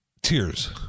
Tears